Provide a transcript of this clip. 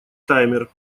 таймер